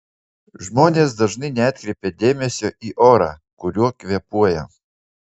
žmonės dažnai neatkreipia dėmesio į orą kuriuo kvėpuoja